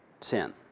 sin